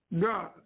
God